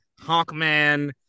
Hawkman